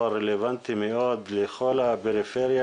אבל רלוונטי מאוד לכל הפריפריה,